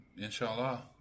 Inshallah